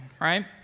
right